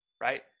right